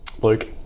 Luke